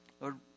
Lord